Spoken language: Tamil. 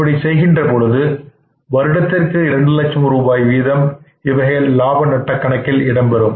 இப்படி செய்கின்ற பொழுது வருடத்திற்கு இரண்டு லட்சம் ரூபாய் வீதம் இவைகள் லாப நட்ட கணக்கில் இடம்பெறும்